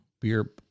Beer